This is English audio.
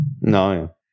No